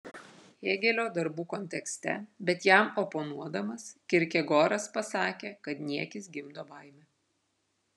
hėgelio darbų kontekste bet jam oponuodamas kirkegoras pasakė kad niekis gimdo baimę